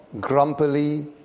grumpily